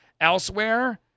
elsewhere